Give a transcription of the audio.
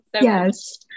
Yes